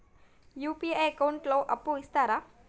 UPI account లో అప్పు ఇస్తరా?